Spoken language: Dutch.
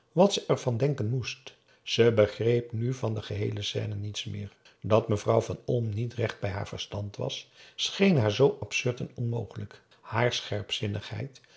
wat ze er van denken moest ze begreep nu van de geheele scène niets meer dat mevrouw van olm niet recht bij haar verstand was scheen haar zoo absurd en onmogelijk